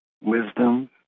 wisdom